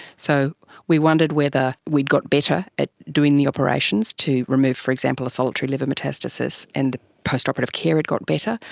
so we wondered whether we had got better at doing the operations to remove, for example, a solitary liver metastasis, and the post-operative care had got better,